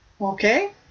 Okay